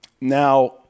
Now